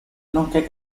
nonché